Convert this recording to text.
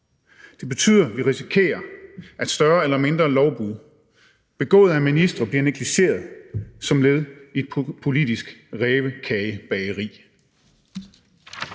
det betyder, at vi risikerer, at større eller mindre lovbrud begået af ministre bliver negligeret som led i et politisk rævekagebageri.